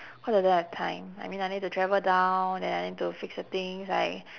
cause I don't have time I mean I need to travel down then I need to fix the things I